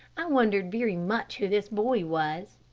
i wondered very much who this boy was,